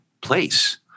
place